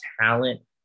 talent